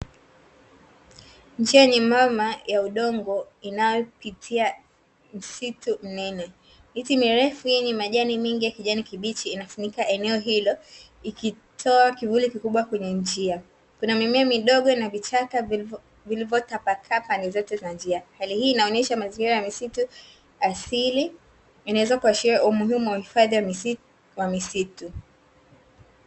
Njia nyembamba ya udongo inayopitia msitu mnene. Miti mirefu yenye majani mengi ya kijani kibichi inafunika eneo hilo ikitoa kivuli kikubwa kwenye njia. Kuna mimea midogo na vichaka vilivyo tapakaa pande zote za njia. Hali hii inaonesha mazingira ya misitu asili inaweza kuashiria umuhimu wa uhifadhi wa misitu.